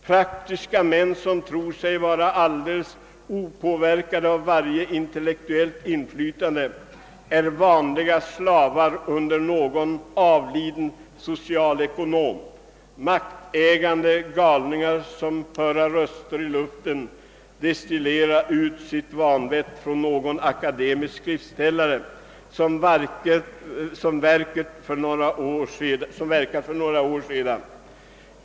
Praktiska män, som tro sig vara alldeles opåverkade av varje intellektuellt inflytande, äro vanligen slavar under någon avliden socialekonom. Maktägande galningar, som höra röster i luften, destillera ut sitt vanvett från någon akademisk skriftställare, som verkat för några år sedan.